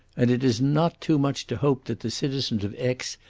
and it is not too much to hope that the citizens of aix,